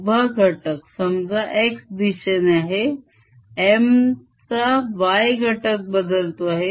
उभा घटक समजा X दिशेने आहे M चा Y घटक बदलतो आहे